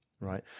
Right